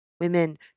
Women